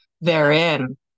therein